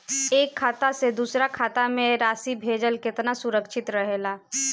एक खाता से दूसर खाता में राशि भेजल केतना सुरक्षित रहेला?